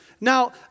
Now